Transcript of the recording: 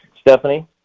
Stephanie